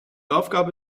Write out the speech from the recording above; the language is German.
aufgabe